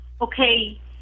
okay